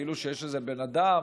כאילו שיש איזה בן אדם